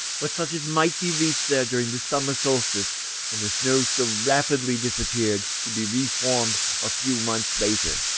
but such as might be reached there during the summer solstice when the snows so rapidly disappear, to be re-formed a few months later.